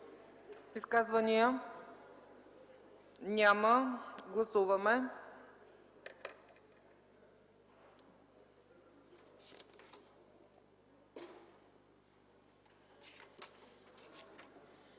Изказвания? Няма. Гласуваме.